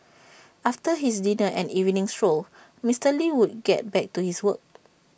after his dinner and evening stroll Mister lee would get back to his work